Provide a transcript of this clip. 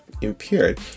impaired